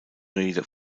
rede